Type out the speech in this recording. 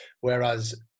whereas